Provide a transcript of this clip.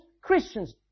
Christians